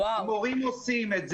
המורים גם עושים את זה,